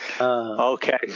Okay